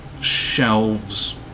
shelves